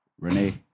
Renee